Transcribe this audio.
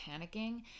panicking